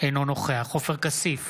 אינו נוכח עופר כסיף,